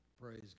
Praise